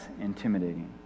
intimidating